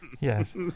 Yes